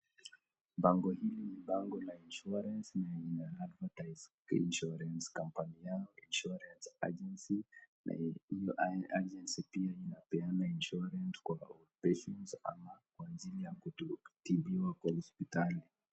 Bango hili ni bango la insurance na ina advertise insurance company yao, Insurance Agency na huyu agency pia agency inapeana insurance kwa patients ama kwa ajili ya kutibiwa hosipitali.